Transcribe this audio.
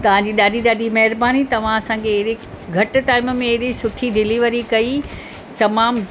तव्हांजी ॾाढी ॾाढी महिरबानी तव्हां असां खे अहिड़े घटि टाइम में ऐॾी सुठी डिलीवरी कई तमामु